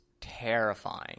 terrifying